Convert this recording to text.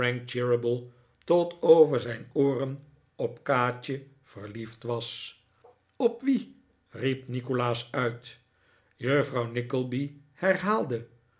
tot over zijn ooren op kaatje verliefd was op wie riep nikolaas uit